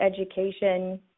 education